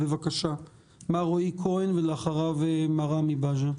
בבקשה, מר רועי כהן, ואחריו מר רמי בז'ה.